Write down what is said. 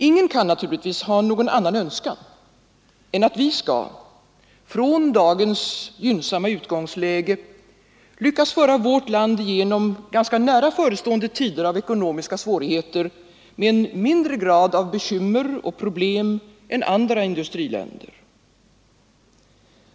Ingen kan naturligtvis ha någon annan önskan än att vi skall, från dagens gynnsamma utgångsläge, lyckas föra vårt land igenom ganska nära förestående tider av ekonomiska svårigheter med en mindre grad av bekymmer och problem än andra industriländer.